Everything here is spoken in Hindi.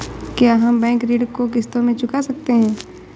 क्या हम बैंक ऋण को किश्तों में चुका सकते हैं?